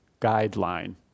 guideline